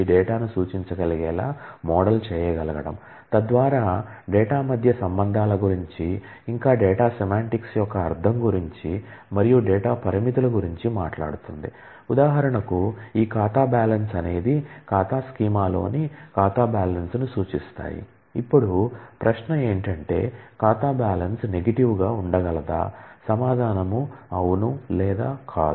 data models గా ఉండగలదా సమాధానం అవును లేదా కాదు